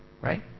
right